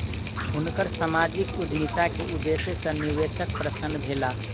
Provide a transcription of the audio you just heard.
हुनकर सामाजिक उद्यमिता के उदेश्य सॅ निवेशक प्रसन्न भेला